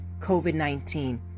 COVID-19